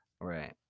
Right